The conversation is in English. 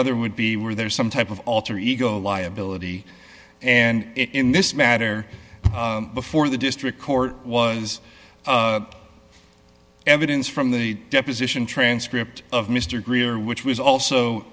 other would be were there some type of alter ego liability and in this matter before the district court was evidence from the deposition transcript of mr greer which was